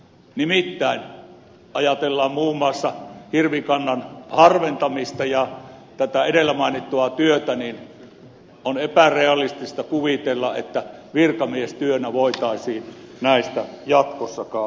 nimittäin kun ajatellaan muun muassa hirvikannan harventamista ja edellä mainittua vapaaehtoistyötä on epärealistista kuvitella että virkamiestyönä voitaisiin näistä jatkossakaan selvitä